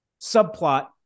subplot